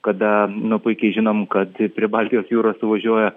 kada nu puikiai žinom kad prie baltijos jūros suvažiuoja